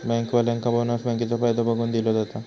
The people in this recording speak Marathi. बँकेवाल्यांका बोनस बँकेचो फायदो बघून दिलो जाता